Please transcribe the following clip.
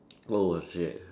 oh shit